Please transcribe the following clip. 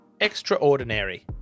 extraordinary